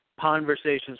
Conversations